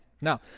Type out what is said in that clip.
Now